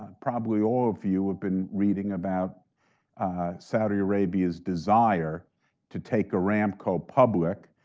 um probably all of you have been reading about saudi arabia's desire to take aramco public,